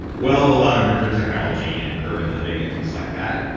while allowing room for technology and urban living and things like that.